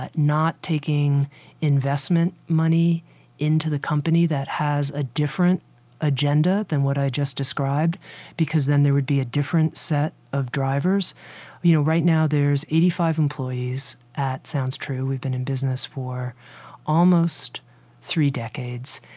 not taking investment money into the company that has a different agenda than what i just described because then there would be a different set of drivers you know, right now there's eighty five employees at sounds true. we've been in business for almost three decades,